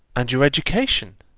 and your education!